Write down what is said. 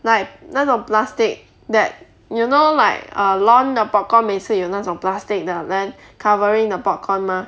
like 那种 plastic that you know like err lawn 的 popcorn 每次有那种 plastic 的 then covering the popcorn mah